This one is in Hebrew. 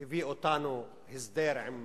הביא אותנו הסדר עם